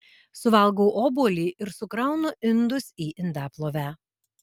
suvalgau obuolį ir sukraunu indus į indaplovę